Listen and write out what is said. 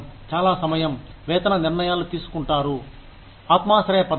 చాలా సమయం వేతన నిర్ణయాలు తీసుకుంటారు ఆత్మాశ్రయ పద్ధతి